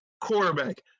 quarterback